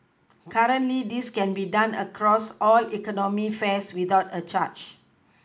currently this can be done across all economy fares without a charge